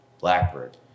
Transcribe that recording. Blackbird